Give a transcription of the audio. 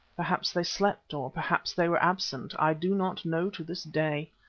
perhaps they slept, or perhaps they were absent i do not know to this day.